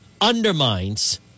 undermines